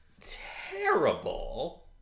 terrible